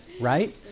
right